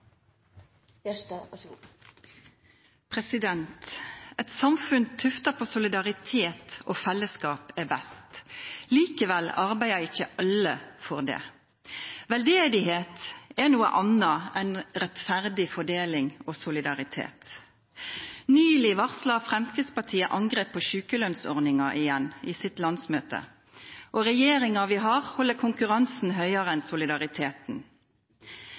best. Likevel arbeider ikke alle for det. Veldedighet er noe annet enn rettferdig fordeling og solidaritet. Nylig varslet Fremskrittspartiet angrep på sykelønnsordningen igjen i sitt landsmøte, og regjeringen setter konkurransen høyere enn solidariteten.